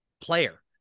player